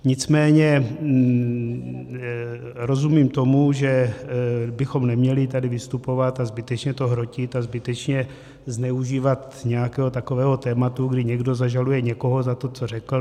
Nicméně rozumím tomu, že bychom neměli tady vystupovat a zbytečně to hrotit a zbytečně zneužívat nějakého takového tématu, kdy někdo zažaluje někoho za to, co řekl.